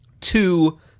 two